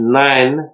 nine